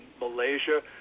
Malaysia